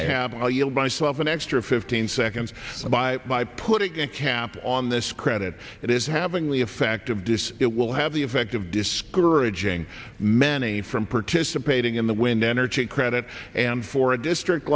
i have i'll yield myself an extra fifteen seconds by by putting a cap on this credit that is having the effect of this it will have the effect of discouraging many from participating in the wind energy credit and for a district